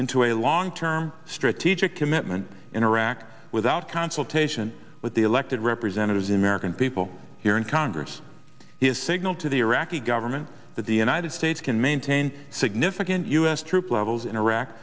into a long term strategic commitment in iraq without consultation with the elected representatives in american people here in congress his signal to the iraqi government that the united states can maintain significant u s troop levels in iraq